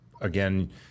Again